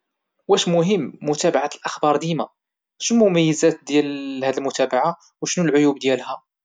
واش مهم متابعة الاخبار ديما شنو مميزات ديال هذه المتابعة وشنو العيوب ديالها؟